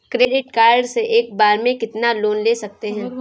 Credit card से एक बार में कितना लोन ले सकते हैं?